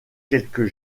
quelques